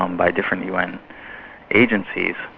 um by different un agencies,